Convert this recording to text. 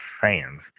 fans